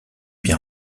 bien